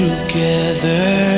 Together